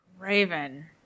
Raven